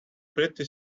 pretty